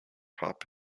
pop